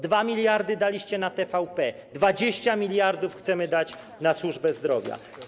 2 mld daliście na TVP, 20 mld chcemy dać na służę zdrowia.